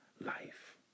life